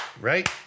Right